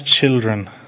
children